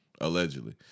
Allegedly